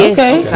Okay